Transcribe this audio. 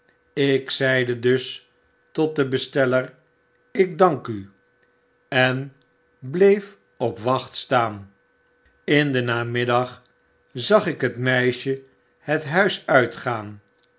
ik zeide dus tot den besteller ik dank u en bleef op wacht staan in den namiddag zag ik het meisje het huis uitgaan